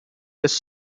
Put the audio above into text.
his